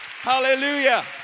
Hallelujah